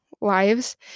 lives